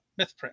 Mythprint